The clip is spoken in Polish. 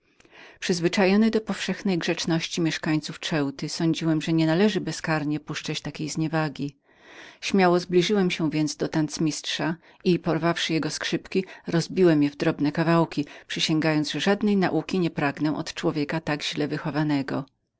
przyzwyczajony do powszechnej grzeczności mieszkańców ceuty sądziłem że nienależało bezkarnie puszczać takiej zniewagi postąpiłem więc ku niemu i porwawszy jego skrzypki rozbiłem je w drobne kawałki przysięgając że żadnej nauki nie pragnę od człowieka tak źle wychowanego